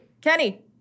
Kenny